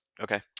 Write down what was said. Okay